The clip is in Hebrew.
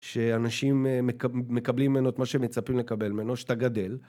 שאנשים מקבלים ממנו את מה שמצפים לקבל ממנו, שאתה גדל.